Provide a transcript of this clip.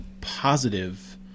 positive